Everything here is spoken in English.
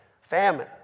famine